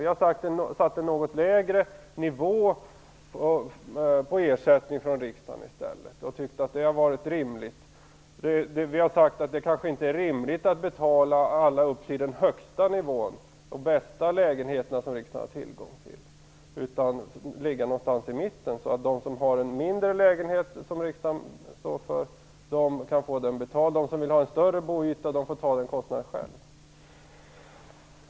Vi har satt en något lägre nivå på ersättningen från riksdagen och har tyckt att det har varit rimligt. Vi har sagt att det kanske inte är rimligt att betala för alla också i den högsta nivån och för de bästa lägenheterna som riksdagen har tillgång till. Ersättningen bör ligga någonstans i mitten, så att de som har en mindre lägenhet som riksdagen står för kan få den betald. De som vill ha en större boendeyta får ta den kostnaden själv.